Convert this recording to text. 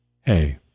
hey